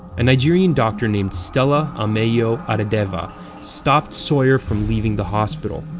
a nigerian doctor named stella um ameyo adadevoh stopped sawyer from leaving the hospital,